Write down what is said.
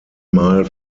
mal